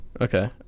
Okay